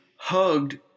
hugged